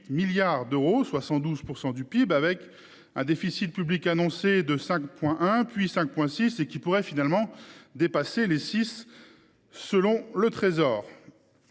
milliards d’euros, soit 112 % du PIB, avec un déficit public annoncé de 5,1 %, puis de 5,6 %, et qui pourrait finalement dépasser les 6 %, selon le Trésor.